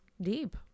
deep